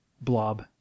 Blob